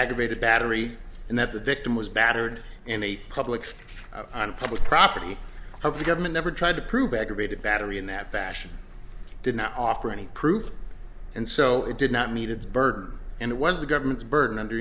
negative battery and that the victim was battered in a public on public property of the government never tried to prove aggravated battery in that fashion did not offer any proof and so it did not meet its burden and it was the government's burden under